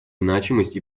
значимость